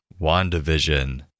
WandaVision